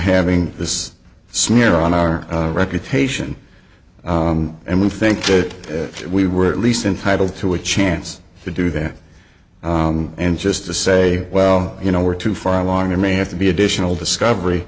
having this smear on our reputation and we think that we were at least entitled to a chance to do that and just to say well you know we're too far along there may have to be additional discovery